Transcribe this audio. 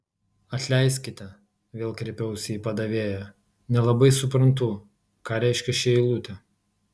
atleiskite vėl kreipiausi į padavėją nelabai suprantu ką reiškia ši eilutė